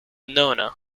nona